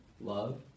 love